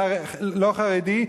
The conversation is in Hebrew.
לא חרדי,